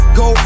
go